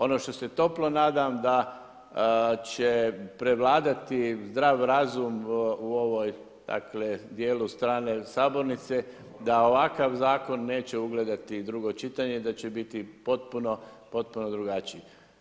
Ono što se toplo nadam da će prevladati zdrav razum u ovom dijelu, dakle strane sabornice, da ovakav zakon neće ugledati drugo čitanje, da će biti potpuno, potpuno drugačiji.